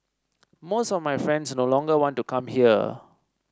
most of my friends no longer want to come here